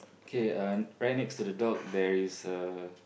okay uh right next to the dog there is a